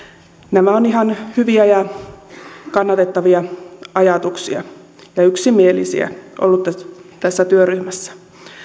nämä ovat ihan hyviä ja kannatettavia ajatuksia ja yksimielisiä olleet tässä työryhmässä